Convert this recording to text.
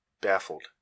baffled